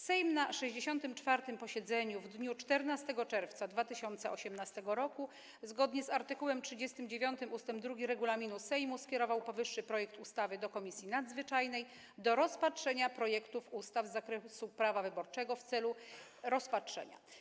Sejm na 64. posiedzeniu w dniu 14 czerwca 2018 r. zgodnie z art. 39 ust. 2 regulaminu Sejmu skierował powyższy projekt ustawy do Komisji Nadzwyczajnej do rozpatrzenia projektów ustaw z zakresu prawa wyborczego w celu rozpatrzenia.